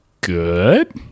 good